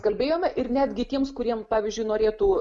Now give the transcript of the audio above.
kalbėjome ir netgi tiems kuriem pavyzdžiui norėtų